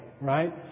right